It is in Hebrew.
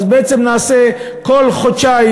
אז בעצם נעשה כל חודשיים,